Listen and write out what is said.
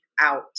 out